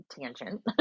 tangent